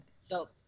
So-